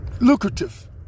lucrative